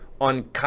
on